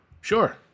Sure